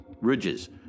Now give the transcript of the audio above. Ridges